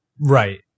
Right